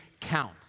count